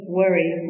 worry